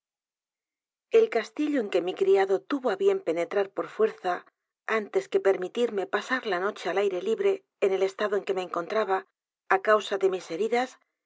el castillo en que mi criado tuvo á bien penetrar por fuerza antes que permitirme pasar la noche al aire libre en el estado en que me encontraba á causa de mis heridas